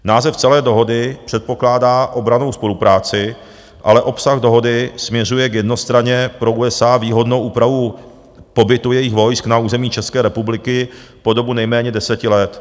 Název celé dohody předpokládá obrannou spolupráci, ale obsah dohody směřuje k jednostranně pro USA výhodné úpravě pobytu jejich vojsk na území České republiky po dobu nejméně 10 let.